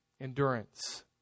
endurance